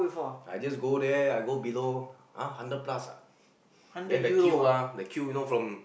I just go there I go below !huh! hundred plus ah then the queue ah the queue you know from